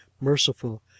merciful